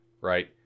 right